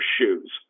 shoes